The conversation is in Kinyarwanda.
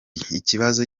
ikibazo